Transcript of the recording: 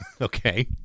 Okay